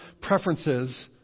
preferences